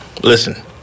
listen